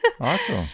Awesome